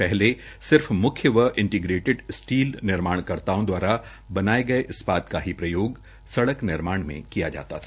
पहले सिर्फ मुख्य व इंटीग्रेडट स्टील निर्माणकर्ताओं द्वारा बनाये इस्पात का ही प्रयोग सड़क निर्माण में किया जाता है